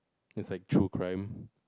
is like true crime